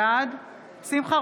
בעד שמחה